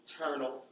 eternal